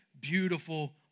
beautiful